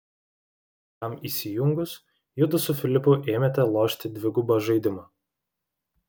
jam įsijungus judu su filipu ėmėte lošti dvigubą žaidimą